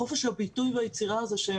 חופש הביטוי והיצירה הזו.